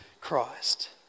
Christ